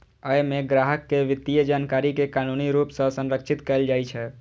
अय मे ग्राहक के वित्तीय जानकारी कें कानूनी रूप सं संरक्षित कैल जाइ छै